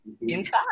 inside